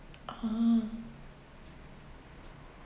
ah